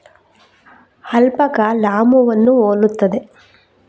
alpaca ಲಾಮೂವನ್ನು ಹೋಲುತ್ತದೆ